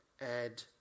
add